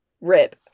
rip